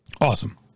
Awesome